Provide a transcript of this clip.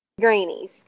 grannies